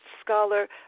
scholar